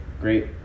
Great